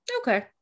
okay